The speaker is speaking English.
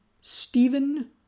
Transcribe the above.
Stephen